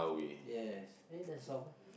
yes eh that song